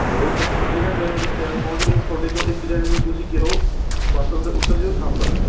ਜਦੋਂ ਪਟ ਅੱਧੇ ਘੰਟੇ ਦੇ ਅੰਦਰ ਪਟਿਆਲੇ ਪਹੁੰਚ ਗਏ ਤੁਹਾਡੇ ਚੋਂ ਇੱਕ ਜਾਣੇ ਨੂੰ ਤੁਸੀਂ ਕਿਹੋ ਬੱਸ ਚੋਂ ਉਤਰ ਜੋ ਥਾਪਰ